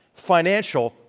financial,